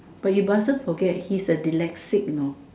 but you mustn't forget he's a dyslexic you know